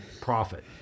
profit